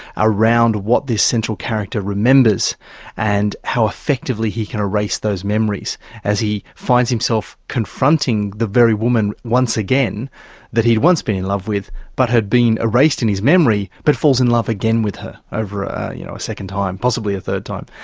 around what this central character remembers and how effectively he can erase those memories as he finds himself confronting the very woman once again that he had once been in love with but had been erased in his memory but falls in love again with her over you know a second time, possibly a third time.